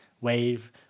wave